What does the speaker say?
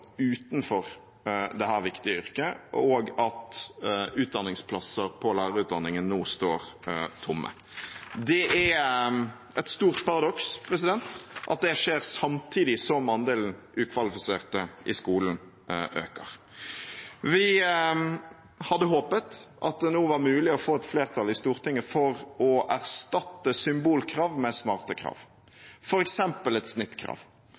utenfor dette viktige yrket og at utdanningsplasser på lærerutdanningen nå står tomme. Det er et stort paradoks at det skjer samtidig som andelen ukvalifiserte i skolen øker. Vi hadde håpet at det nå var mulig å få et flertall i Stortinget for å erstatte symbolkrav med smarte krav, f.eks. et snittkrav.